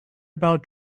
about